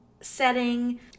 setting